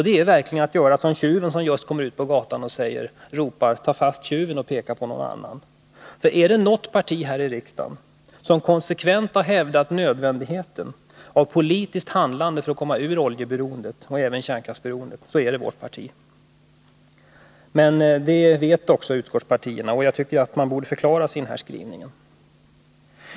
Det är verkligen att göra som tjuven som just kommer ut på gatan och pekar ut en förbipasserande samtidigt som han ropar ”tag fast tjuven”. Om det är något parti här i riksdagen som konsekvent har hävdat nödvändigheten av ett politiskt handlande för att komma ur oljeberoendet och även kärnkraftsberoendet så är det vårt parti. Det vet också utskottspartierna. Jag tycker att man borde förklara sin skrivning.